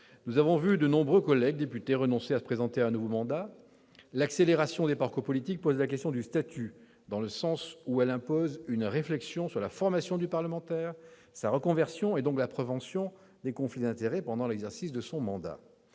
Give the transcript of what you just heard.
Nous avons vu de nombreux collègues députés renoncer à se présenter à un nouveau mandat. L'accélération des parcours politiques pose la question du statut, dans le sens où elle impose une réflexion sur la formation du parlementaire, sa reconversion et, donc, la prévention des conflits d'intérêts pendant l'exercice de son mandat.